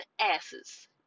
asses